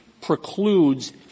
precludes